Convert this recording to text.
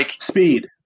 Speed